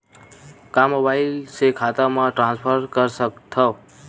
का मोबाइल से खाता म ट्रान्सफर कर सकथव?